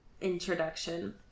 introduction